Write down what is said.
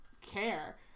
care